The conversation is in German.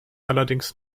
allerdings